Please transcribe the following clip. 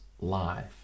life